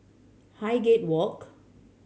Highgate Walk